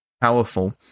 powerful